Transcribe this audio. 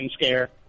scare